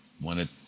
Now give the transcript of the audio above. wanted